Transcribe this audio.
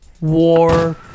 war